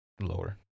Lower